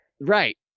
Right